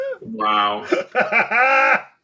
Wow